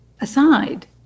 aside